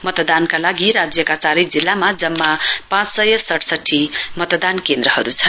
मतदानका लागि राज्यका चारै जिल्लामा जम्मा पाँच सय सडसठी मतदान केन्द्रहरू छन्